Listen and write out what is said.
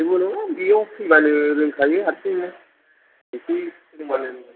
जेबो नङा बेयाव फैबानो रोंखायो हारसिङैनो इसे सोलोंबानो रोङो